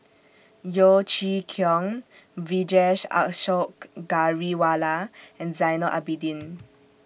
Yeo Chee Kiong Vijesh Ashok Ghariwala and Zainal Abidin